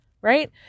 Right